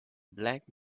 black